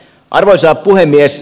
arvoisa puhemies